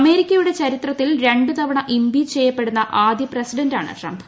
അമേരിക്കയുടെ ചരിത്രത്തിൽ രണ്ടു ഇംപീച്ച് തവണ ചെയ്യപ്പെടുന്ന ആദ്യ പ്രസിഡന്റാണ് ട്രംപ്